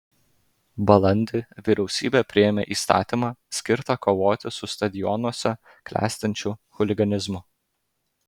balandį vyriausybė priėmė įstatymą skirtą kovoti su stadionuose klestinčiu chuliganizmu